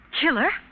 Killer